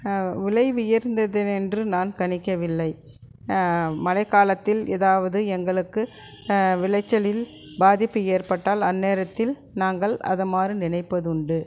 விலை உயர்ந்தது என்று நான் கணிக்கவில்லை மழைக்காலத்தில் எதாவது எங்களுக்கு விளைச்சலில் பாதிப்பு ஏற்பட்டால் அந்நேரத்தில் நாங்கள் அதை மாதிரி நினைப்பதுண்டு